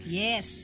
yes